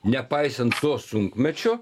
nepaisant sunkmečio